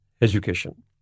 education